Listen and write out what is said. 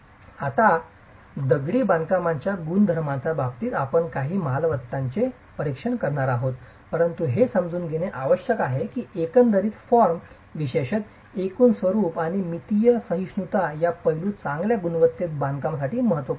आता दगडी बांधकामाच्या गुणधर्मांच्या बाबतीत आम्ही काही मालमत्तांचे परीक्षण करणार आहोत परंतु हे समजून घेणे आवश्यक आहे की एकंदरीत फॉर्म विशेषत एकूण स्वरूप आणि मितीय सहिष्णुता या पैलू चांगल्या गुणवत्तेच्या बांधकामासाठी महत्वपूर्ण आहेत